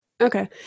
Okay